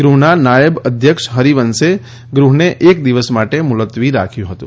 ગૃહના નાયબ અધ્યક્ષ હરિવંશે ગૃહને એક દિવસ માટે મુલતવી રાખ્યું હતું